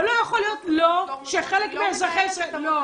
אבל לא יכול להיות שחלק מאזרחי ישראל --- אני לא מנהלת את